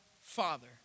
Father